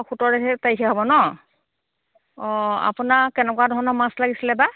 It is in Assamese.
সোতৰ তাৰিখে তাৰিখে হ'ব ন অঁ আপোনাক কেনেকুৱা ধৰণৰ মাছ লাগিছিলে বা